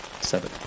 Seven